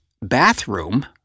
bathroom